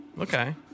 Okay